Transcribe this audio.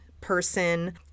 person